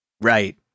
Right